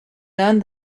learn